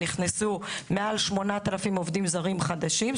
נכנסו מעל 8,000 עובדים זרים חדשים.